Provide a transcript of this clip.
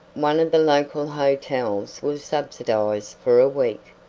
one of the local hotels was subsidized for a week,